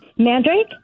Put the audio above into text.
Mandrake